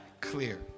clear